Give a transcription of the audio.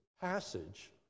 passage